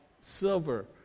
silver